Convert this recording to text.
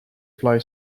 fly